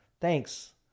Thanks